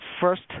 first